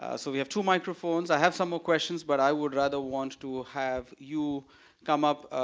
ah so we have two microphones. i have some more questions but i would rather want to ah have you come up.